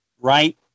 right